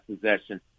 possession